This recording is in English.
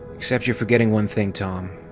except youre forgetting one thing, tom.